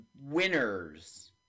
winners